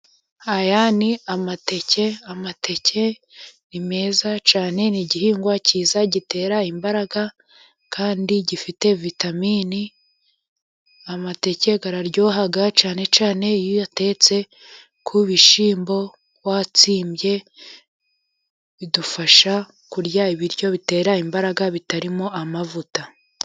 Aya ni amateke, amateke ni meza cyane ni igihingwa cyiza gitera imbaraga kandi gifite vitaminini, amateke araryoha cyane cyane iyo uyatetse ku bishyimbo watsimbye. Bidufasha kurya ibiryo bitera imbaraga bitarimo amavuta.